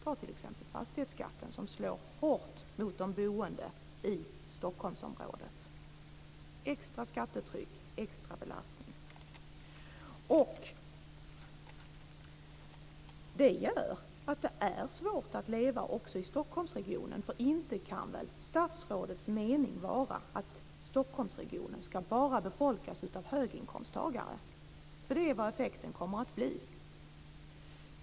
Ta t.ex. fastighetsskatten som slår hårt mot de boende i Stockholmsområdet - extra skattetryck, extra belastning. Det gör att det är svårt att leva också i Stockholmsregionen, för inte kan väl statsrådets mening vara att Stockholmsregionen bara ska befolkas av höginkomsttagare. Det är vad effekten kommer att bli.